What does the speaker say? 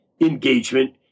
engagement